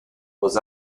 was